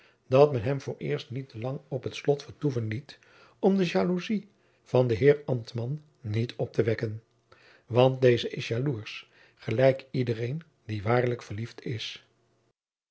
dat men hem vooreerst niet te lang op het slot vertoeven jacob van lennep de pleegzoon liet om de jaloezij van den heer ambtman niet op te wekken want deze is jaloersch gelijk iedereen die waarlijk verliefd is